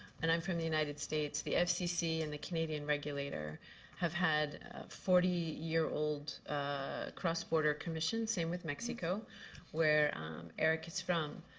um from the united states. the fcc and the canadian regulator have had forty year old cross-border commission same with mexico where erick is from.